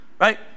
Right